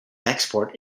export